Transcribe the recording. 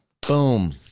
Boom